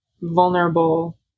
vulnerable